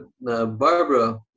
Barbara